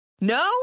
No